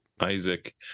Isaac